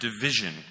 division